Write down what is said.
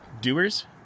Doers